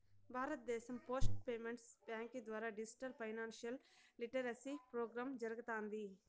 భారతదేశం post payments బ్యాంకీ ద్వారా డిజిటల్ ఫైనాన్షియల్ లిటరసీ ప్రోగ్రామ్ జరగతాంది